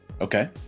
okay